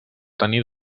tenir